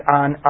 on